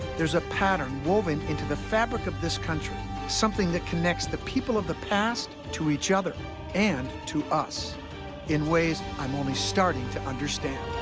there's a pattern woven into the fabric of this country, something that connects the people of the past to each other and to us in ways i'm only starting to understand.